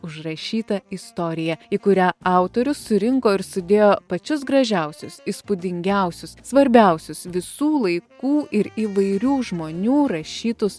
užrašyta istorija į kurią autorius surinko ir sudėjo pačius gražiausius įspūdingiausius svarbiausius visų laikų ir įvairių žmonių rašytus